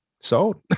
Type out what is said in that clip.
Sold